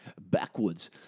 backwards